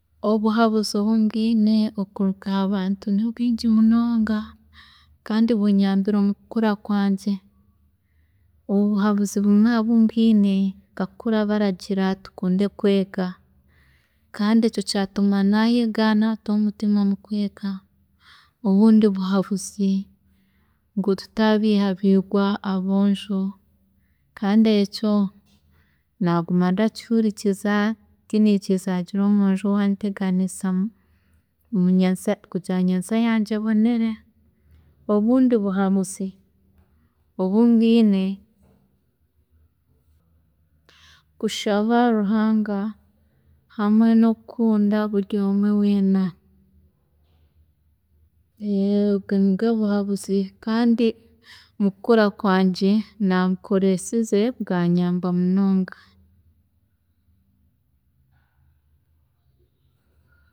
﻿Obuhabuzi obu mbwiine okuruga habantu nibwingi munonga, kandi bunyambire omukukura kwangye, obuhabuzi bumwe obu mbwiine nkakura baragira tukunde kwega kandi ekyo kyatuma nayega naata omutima ahakwega, obundi buhabuzi ngu tutaabihabiihwa aboojo kandi ekyo naguma ndakihurikiza tinaikiriza kugira omwoojo owanteganisa kugira ngu nyesya yangye ebonere, obundi buhabuzi obu mbwiine, kushaba Ruhanga hamwe nokukunda buri omwe weena, obwe nibwe buhabuzi kandi mukukura kwangye naabukoreesize bwanyamba munonga.